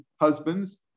husbands